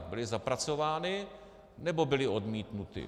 Byly zapracovány, nebo byly odmítnuty?